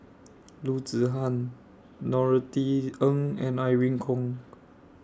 Loo Zihan Norothy Ng and Irene Khong